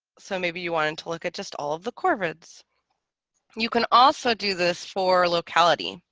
so maybe you wanted to look at just all of the corvids you can also do this for locality